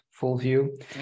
FullView